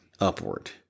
upward